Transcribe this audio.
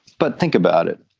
but think about it.